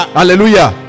hallelujah